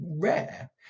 rare